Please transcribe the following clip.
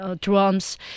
drums